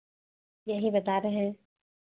यही बता रहे हैं